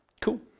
cool